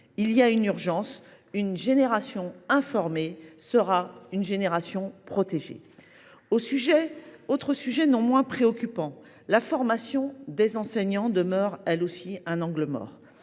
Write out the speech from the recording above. Il y a urgence : une génération informée est une génération protégée. Autre sujet de préoccupation, la formation des enseignants demeure, elle aussi, un angle mort.